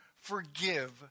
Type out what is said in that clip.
forgive